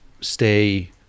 stay